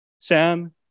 Sam